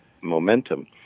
momentum